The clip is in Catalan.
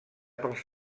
pels